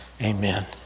Amen